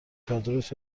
چادرت